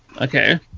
Okay